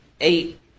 Eight